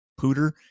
pooter